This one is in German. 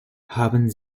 haben